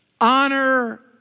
Honor